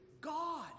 God